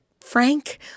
frank